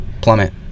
plummet